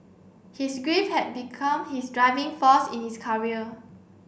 his grief had become his driving force in his career